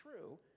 true